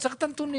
צריך את הנתונים.